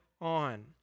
on